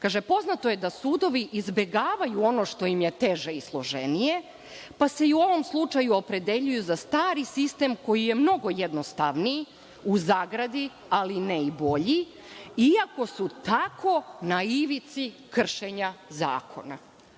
poznato je da sudovi izbegavaju ono što im je teže i složenije, pa se i u ovom slučaju opredeljuju za stari sistem koji je mnogo jednostavniji, u zagradi, ali ne i bolji, iako su tako na ivici kršenja zakona.